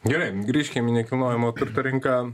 gerai grįžkim į nekilnojamo turto rinką